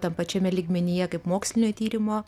tam pačiam lygmenyje kaip mokslinio tyrimo